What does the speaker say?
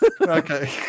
Okay